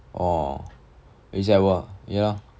orh is that !wah! yeah